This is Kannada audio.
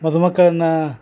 ಮಧುಮಕ್ಳನ್ನ